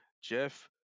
jeff